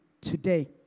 today